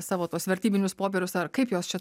savo tuos vertybinius popierius ar kaip jos čia